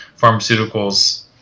pharmaceuticals